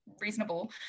reasonable